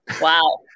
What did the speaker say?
Wow